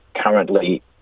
currently